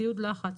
ציוד לחץ,